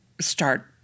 start